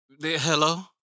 Hello